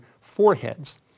foreheads